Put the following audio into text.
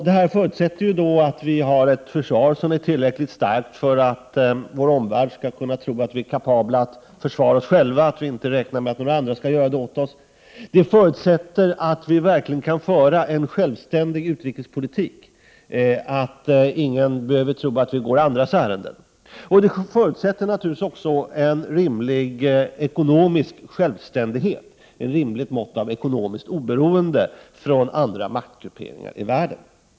Det förutsätter att vi har tillräckligt starkt försvar för att vår omvärld skall kunna tro att vi är kapabla att försvara oss själva, att vi inte räknar med att andra skall göra det åt oss. Det förutsätter att vi verkligen kan föra en självständig utrikespolitik, att ingen behöver tro att vi går andras ärenden. Det förutsätter naturligtvis också en rimlig ekonomisk självständighet, ett rimligt mått av ekonomiskt oberoende i förhållande till olika maktgrupperingar i världen.